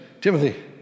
Timothy